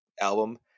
album